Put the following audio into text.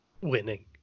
Winning